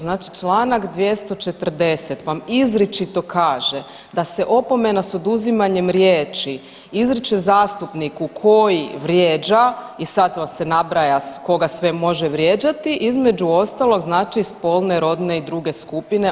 Znači Članak 240. vam izričito kaže da se opomena s oduzimanjem riječi izriče zastupniku koji vrijeđa i sad vam se nabraja koga sve može vrijeđati, između ostalog znači spolne, rodne i druge skupine.